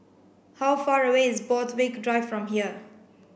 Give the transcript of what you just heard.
how far away is Borthwick Drive from here